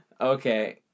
Okay